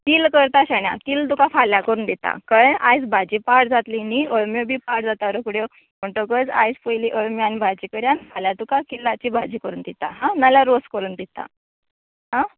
किल्ल करता शाण्या किल्ल तुका फाल्यां करून दिता कळ्ळें आयज भाजी पाड जातली न्ही अळम्यो बी पाड जाता रोखड्यो म्हणटगच आयज पयलीं अळमी आनी भाजी करूया फाल्यां तुका किल्लाची भाजी करून दिता हां नाल्यार रोस करून दिता आं